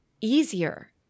easier